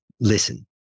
listen